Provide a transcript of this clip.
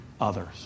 others